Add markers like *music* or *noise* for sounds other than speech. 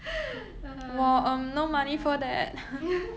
*noise* uh ya *noise*